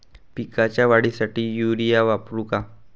पिकाच्या वाढीसाठी युरिया वापरू का?